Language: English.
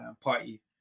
party